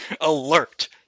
alert